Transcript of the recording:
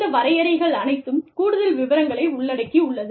இந்த வரையறைகள் அனைத்தும் கூடுதல் விவரங்களை உள்ளடக்கியுள்ளது